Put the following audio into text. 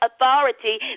authority